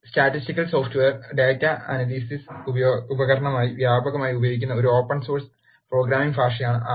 statistical software data analysis ഉപകരണമായി വ്യാപകമായി ഉപയോഗിക്കുന്ന ഒരു ഓപ്പൺ സോഴ് സ് പ്രോഗ്രാമിംഗ് ഭാഷയാണ് ആർ